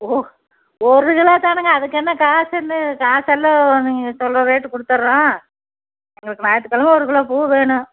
ஒரு ஒரு கிலோ தானுங்க அதுக்கென்ன காசு என்ன காசெல்லாம் நீங்கள் சொல்கிற ரேட்டு கொடுத்துட்றோம் எங்களுக்கு ஞாயிற்றுக் கெழம ஒரு கிலோ பூ வேணும்